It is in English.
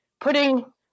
putting